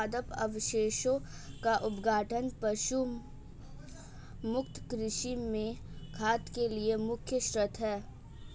पादप अवशेषों का अपघटन पशु मुक्त कृषि में खाद के लिए मुख्य शर्त है